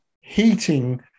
heating